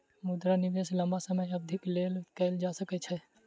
मुद्रा निवेश लम्बा समय अवधिक लेल कएल जा सकै छै